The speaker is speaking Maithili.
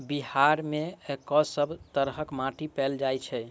बिहार मे कऽ सब तरहक माटि पैल जाय छै?